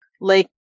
lake